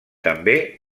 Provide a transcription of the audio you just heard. també